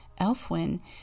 Elfwin